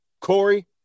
Corey